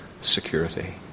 security